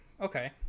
Okay